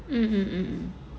mm mm